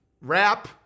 rap